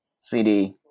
CD